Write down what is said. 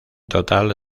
total